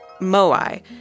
Moai